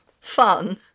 fun